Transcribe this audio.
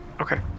okay